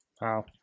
Wow